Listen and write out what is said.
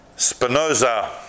Spinoza